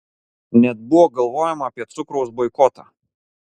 net buvo galvojama apie cukraus boikotą